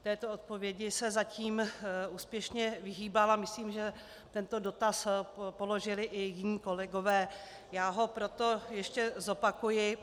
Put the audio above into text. Této odpovědi se zatím úspěšně vyhýbal a myslím, že tento dotaz položili i jiní kolegové, a já ho proto ještě zopakuji.